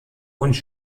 und